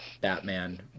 Batman